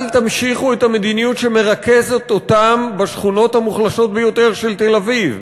אל תמשיכו את המדיניות שמרכזת אותם בשכונות המוחלשות ביותר של תל-אביב.